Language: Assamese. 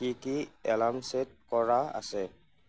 কি কি এলাৰ্ম ছেট কৰা আছে